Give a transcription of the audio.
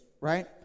right